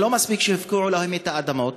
לא מספיק שהפקיעו להם את האדמות,